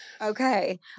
Okay